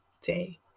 day